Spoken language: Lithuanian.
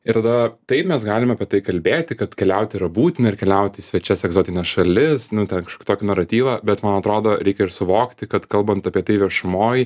ir tada taip mes galime apie tai kalbėti kad keliauti yra būtina ir keliauti į svečias egzotines šalis nu ten tokį naratyvą bet man atrodo reikia ir suvokti kad kalbant apie tai viešumoj